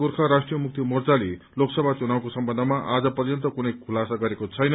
गोर्खा राष्ट्रिय मुक्ति मोर्चाले पनि लोकसभा चुनावको सम्बन्धमा आज प्यन्त कुनै खुतासा गरेको छैन